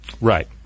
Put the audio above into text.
Right